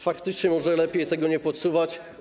Faktycznie, może lepiej tego nie podsuwać.